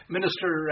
Minister